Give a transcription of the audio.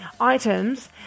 items